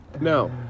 No